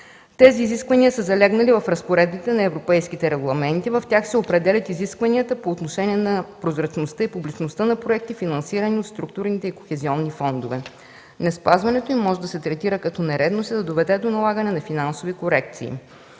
Тези изисквания са залегнали в разпоредбите на европейските регламенти. В тях се определят изискванията по отношение прозрачността и публичността на проектите, финансирани от структурните и Кохезионния фондове. Неспазването им може да се третира като нередност и да доведе до налагане на финансови корекции.